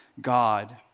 God